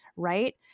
right